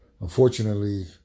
Unfortunately